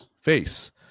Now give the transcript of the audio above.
face